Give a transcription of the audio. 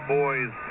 boys